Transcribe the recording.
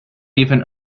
even